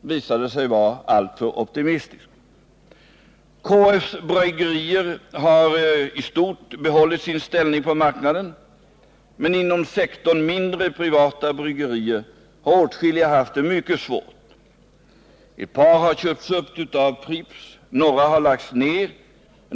visade sig vara alltför optimistisk. KF:s bryggerier har i stort behållit sin ställning på marknaden. Men inom sektorn mindre privata bryggerier har åtskilliga haft det mycket svårt. Ett par har köpts upp av Pripps. Några har lagts ned.